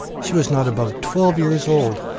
she was not above twelve years old,